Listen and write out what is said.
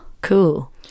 cool